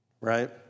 right